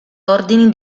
ordini